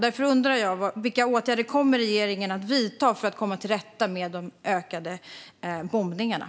Därför undrar jag vilka åtgärder regeringen kommer att vidta för att komma till rätta med det ökade antalet bombattentat.